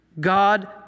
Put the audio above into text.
God